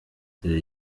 the